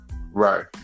right